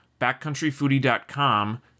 backcountryfoodie.com